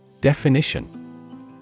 Definition